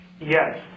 Yes